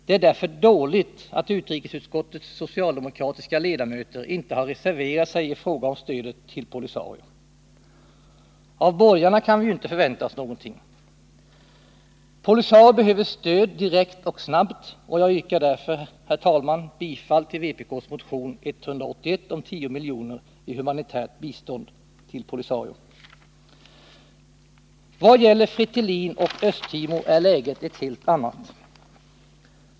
Det är därför dåligt att utrikesutskottets socialdemokratiska ledamöter inte har reserverat sig i fråga om stödet till POLISARIO. Av borgarna kan vi ju inte förvänta oss någonting. POLISARIO behöver stöd direkt och snabbt, och jag yrkar därför, herr talman, bifall till vpk:s motion 181 om 10 miljoner i humanitärt bistånd till POLISARIO. Vad gäller FRETILIN och Östtimor är läget ett helt annat.